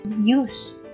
use